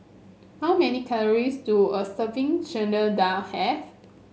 how many calories do a serving Chana Dal have